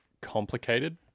complicated